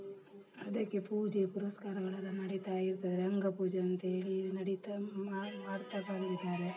ಅದಕ್ಕೆ ಪೂಜೆ ಪುರಸ್ಕಾರಗಳೆಲ್ಲ ನಡೀತಾ ಇರ್ತದೆ ರಂಗ ಪೂಜೆಯಂತೇಳಿ ನಡೀತಾ ಮಾಡ್ತಾ ಬಂದಿದ್ದಾರೆ